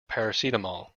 paracetamol